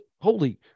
holy